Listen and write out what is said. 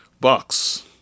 Bucks